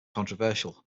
controversial